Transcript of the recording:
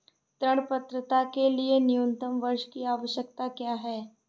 ऋण पात्रता के लिए न्यूनतम वर्ष की आवश्यकता क्या है?